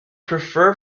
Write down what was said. prefer